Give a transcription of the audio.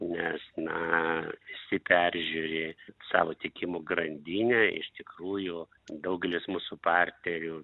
nes na visi peržiūri savo tiekimo grandinę iš tikrųjų daugelis mūsų partnerių